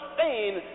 Spain